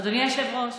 אדוני היושב-ראש,